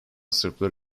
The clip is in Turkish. sırplar